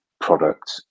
product